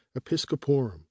episcoporum